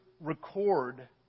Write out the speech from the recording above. record